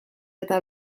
eta